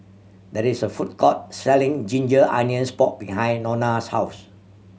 there is a food court selling ginger onions pork behind Nona's house